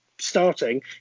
starting